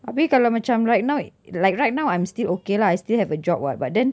abeh kalau macam right now like right now I'm still okay lah I still have a job [what] but then